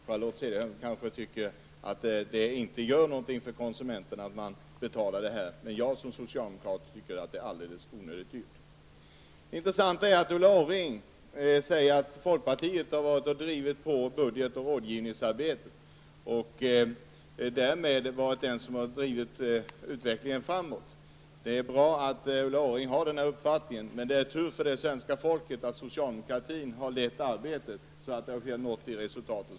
Charlotte Cederschiöld kanske inte tycker att det gör någonting för konsumenten att man betalar detta, men jag som socialdemokrat tycker att det är alldeles onödigt dyrt. Ulla Orring säger att folkpartiet har drivit på när det gäller budget och rådgivningsarbetet och därmed varit det parti som drivit utvecklingen framåt. Det är bra att Ulla Orring har den uppfattningen, men det är tur för svenska folket att socialdemokratin har lett arbetet, så att vi har nått nuvarande resultat.